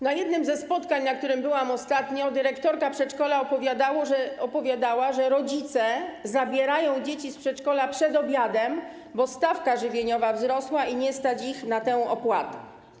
Na jednym ze spotkań, na którym byłam ostatnio, dyrektorka przedszkola opowiadała, że rodzice zabierają dzieci z przedszkola przed obiadem, bo stawka żywieniowa wzrosła i nie stać ich na tę opłatę.